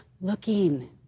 looking